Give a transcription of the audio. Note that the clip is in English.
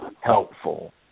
helpful